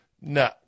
no